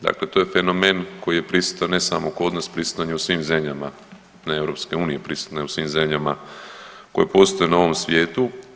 Dakle, to je fenomen koji je prisutan ne samo kod nas, prisutan je u svim zemljama ne EU, prisutan je u svim zemljama koje postoje na ovom svijetu.